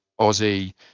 Aussie